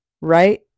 Right